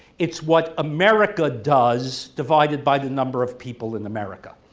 it's what america does divided by the number of people in america,